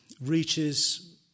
reaches